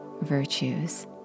virtues